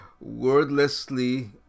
wordlessly